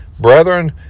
Brethren